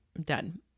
done